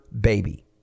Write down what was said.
baby